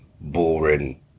boring